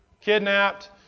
Kidnapped